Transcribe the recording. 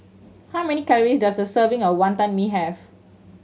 how many calories does a serving of Wantan Mee have